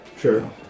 sure